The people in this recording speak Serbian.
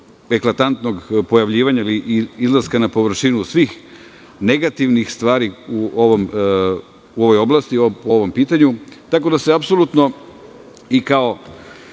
eklatantnog pojavljivanja ili izlaska na površinu svih negativnih stvari u ovoj oblasti po ovom pitanju, tako da se apsolutno i kao